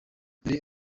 dore